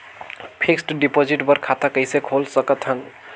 Fixed deposit बर खाता कइसे खोल सकत हन?